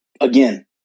again